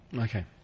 Okay